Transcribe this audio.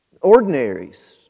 Ordinaries